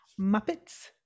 Muppets